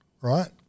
right